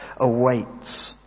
awaits